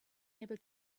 able